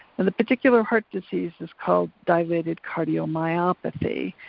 and the particular heart disease is called dilated cardiomyopathy,